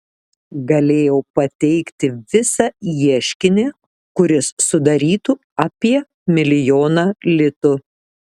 galėjau pateikti visą ieškinį kuris sudarytų apie milijoną litų